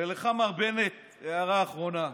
ולך, מר בנט, הערה אחרונה.